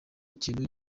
kintu